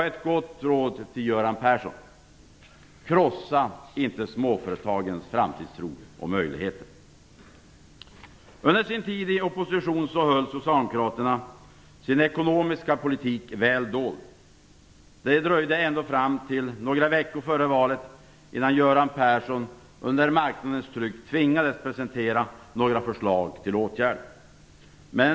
Ett gott råd till Göran Persson: Krossa inte småföretagens framtidstro och möjligheter! Under sin tid i opposition höll socialdemokraterna sin ekonomiska politik väl dold. Det dröjde ända fram till några veckor före valet innan Göran Persson under marknadens tryck tvingades presentera några förslag till åtgärder.